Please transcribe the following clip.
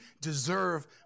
deserve